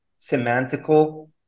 semantical